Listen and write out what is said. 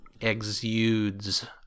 exudes